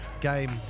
game